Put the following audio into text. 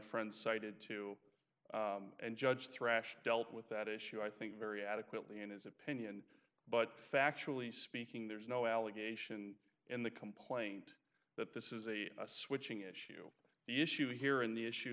friend cited too and judge thrashed dealt with that issue i think very adequately in his opinion but factually speaking there is no allegation in the complaint that this is a switching issue the issue here and the issue